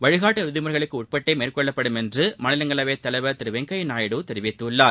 வழிகாட்டு விதிமுறைகளுக்கு உட்பட்டே மேற்கொள்ளப்படும் என்று மாநிஷங்களவைத் தலைவர் திரு வெங்கய்யா நாயுடு தெரிவித்துள்ளார்